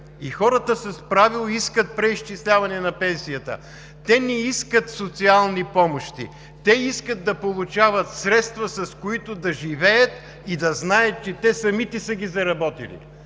и хората с право искат преизчисляване на пенсията. Те не искат социални помощи, те искат да получават средства, с които да живеят и да знаят, че самите са ги заработили,